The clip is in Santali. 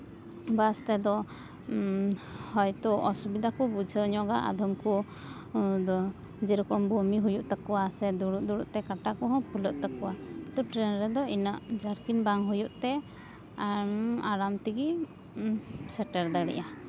ᱵᱟᱥ ᱛᱮᱫᱚ ᱦᱚᱭᱛᱳ ᱚᱥᱩᱵᱤᱫᱟ ᱠᱚ ᱵᱩᱡᱷᱟᱹᱣ ᱧᱚᱜᱟ ᱟᱫᱚᱢ ᱠᱚᱫᱚ ᱡᱮᱨᱚᱠᱚᱢ ᱵᱚᱢᱤ ᱦᱩᱭᱩᱜ ᱛᱟᱠᱚᱣᱟ ᱥᱮ ᱫᱩᱲᱩᱵ ᱫᱩᱲᱩᱵ ᱛᱮ ᱠᱟᱴᱟ ᱠᱚᱦᱚᱸ ᱯᱷᱩᱞᱟᱹᱜ ᱛᱟᱠᱚᱣᱟ ᱛᱚ ᱴᱨᱮᱹᱱ ᱨᱮᱫᱚ ᱤᱱᱟᱹᱜ ᱡᱟᱹᱨᱠᱤᱱ ᱵᱟᱝ ᱦᱩᱭᱩᱜ ᱛᱮ ᱟᱢ ᱟᱨᱟᱢ ᱛᱮᱜᱮᱢ ᱥᱮᱴᱮᱨ ᱫᱟᱲᱮᱭᱟᱜᱼᱟ